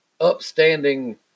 upstanding